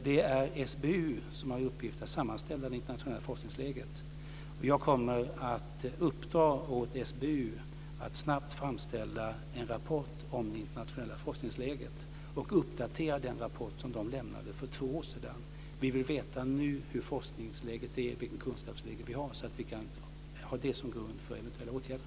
Det är SBU som har i uppgift att sammanställa det internationella forskningsläget, och jag kommer att uppdra åt SBU att snabbt framställa en rapport om det internationella forskningsläget och uppdatera den rapport som man lämnade för två år sedan. Vi vill veta hur forskningsläget är nu och vilket kunskapsläge vi har, så att vi kan ha det som grund för eventuella åtgärder.